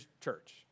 church